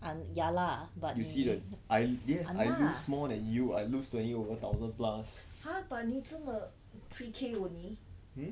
you see the yes I lose more than you I lose twenty over thousand plus hmm